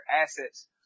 assets